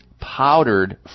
powdered